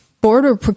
border